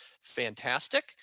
fantastic